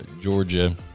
Georgia